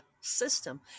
system